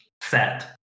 set